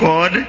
God